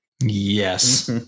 yes